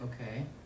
okay